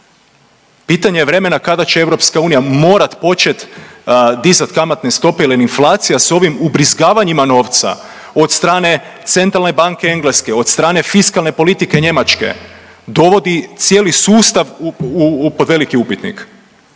Pitanje je vremena kada će EU morat počet dizat kamatne stope jel im inflacija s ovim ubrizgavanjima novca od strane Centralne banke Engleske, od strane fiskalne politike Njemačke dovodi cijeli sustav pod veliki upitnik.